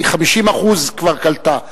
50% כבר קלטה.